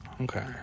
Okay